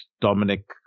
Dominic